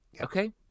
Okay